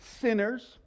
Sinners